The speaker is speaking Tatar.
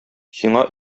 сиңа